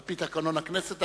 על-פי תקנון הכנסת,